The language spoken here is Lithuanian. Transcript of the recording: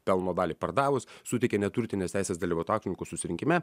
pelno dalį pardavus suteikia neturtines teises dalyvaut akcininkų susirinkime